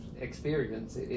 experience